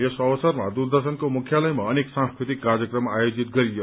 यस अवसरमा दूरदर्शनको मुख्यालयमा अनेक सांस्कृतिक कार्यक्रम आयोजित गरियो